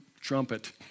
trumpet